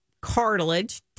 cartilage